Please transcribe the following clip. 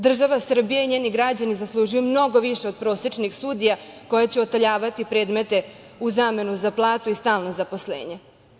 Država Srbija i njeni građani zaslužuju mnogo više od prosečnih sudija koji će otaljavati predmete u zamenu za platu i stalno zaposlenje.